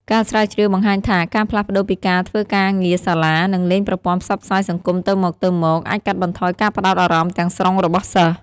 ការស្រាវជ្រាវបង្ហាញថាការផ្លាស់ប្តូរពីការធ្វើការងារសាលា និងលេងប្រព័ន្ធផ្សព្វផ្សាយសង្គមទៅមកៗ អាចកាត់បន្ថយការផ្តោតអារម្មណ៍ទាំងស្រុងរបស់សិស្ស។